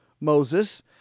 Moses